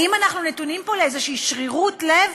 האם אנחנו נתונים פה לאיזו שרירות לב